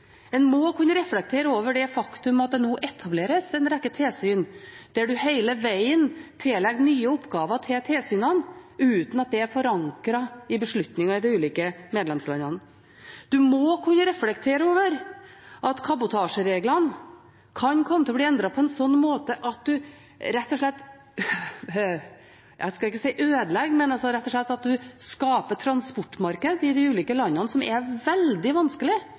En må kunne reflektere over det faktumet at det nå etableres en rekke tilsyn, der en hele vegen tillegger tilsynene nye oppgaver uten at det er forankret i beslutninger i de ulike medlemslandene. En må kunne reflektere over at kabotasjereglene kan komme til å bli endret på en slik måte at en rett og slett – jeg skal ikke si ødelegger, men – skaper transportmarkeder i de ulike landene som er veldig